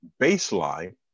baseline